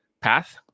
path